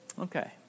Okay